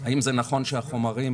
האם זה נכון שהחומרים